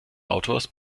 autors